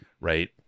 Right